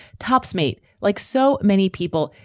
topps meat, like so many people,